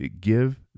give